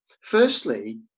firstly